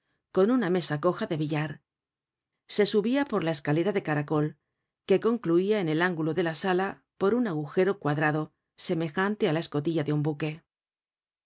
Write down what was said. con una mesa coja de billar se subia por la escalera de caracol que concluia en el ángulo de la sala por un agujero cuadrado semejante á la escotilla de un buque